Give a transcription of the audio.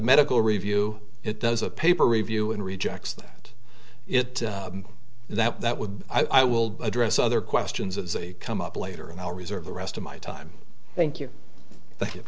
medical review it does a paper review and rejects that it that would i will address other questions as they come up later and i'll reserve the rest of my time thank you thank you